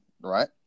right